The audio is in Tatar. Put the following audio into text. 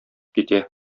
китә